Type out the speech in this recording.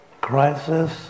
crisis